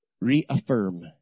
reaffirm